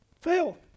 Fail